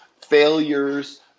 failures